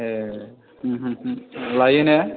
ए लायो ने